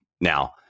Now